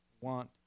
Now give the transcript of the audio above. want